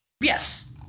Yes